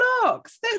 blocks